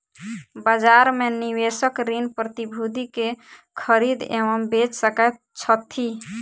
बजार में निवेशक ऋण प्रतिभूति के खरीद एवं बेच सकैत छथि